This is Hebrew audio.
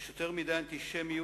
יש יותר מדי אנטישמיות